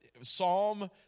Psalm